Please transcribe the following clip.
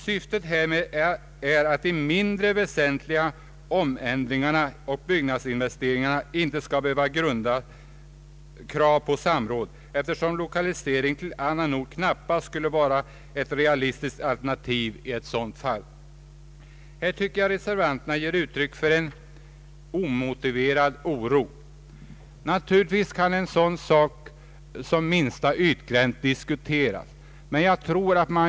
Syftet härmed är att mindre väsentliga omändringsoch utbyggnadsinvesteringar inte skall behöva grunda krav på samråd, eftersom lokalisering till annan ort knappast skulle vara ett realistiskt alternativ i sådana fall. Här tycker jag reservanterna ger uttryck för en omotiverad oro. Naturligtvis kan en sådan sak som minsta ytgräns diskuteras. Men jag tror att hur man.